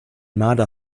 marder